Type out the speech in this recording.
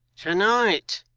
to-night,